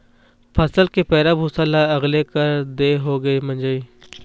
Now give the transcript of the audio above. फसल के पैरा भूसा ल अलगे कर देए होगे मिंजई